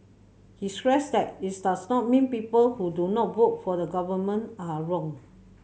he stressed that it's does not mean people who do not vote for the Government are wrong